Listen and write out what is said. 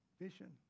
vision